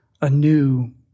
anew